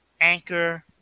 Anchor